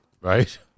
right